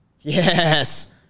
Yes